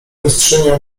mistrzynią